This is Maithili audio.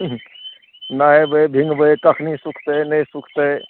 नहेबै भिङ्गबै कखन सुखतै नहि सुखतै